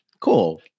cool